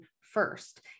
first